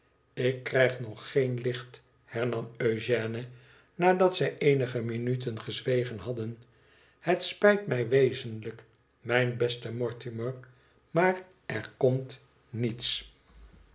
ik krijg nog geen licht hernam eugène nadat zij eenige minuten gezwegen hadden ihet spijt mij wezenlijk mijn beste mortimer maar er komt niets